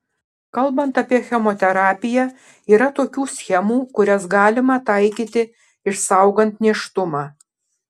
kalbant apie chemoterapiją yra tokių schemų kurias galima taikyti išsaugant nėštumą